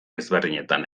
ezberdinetan